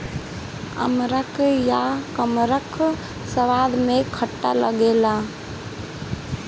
अमड़ा या कमरख स्वाद में खट्ट लागेला